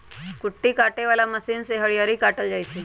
कुट्टी काटे बला मशीन से हरियरी काटल जाइ छै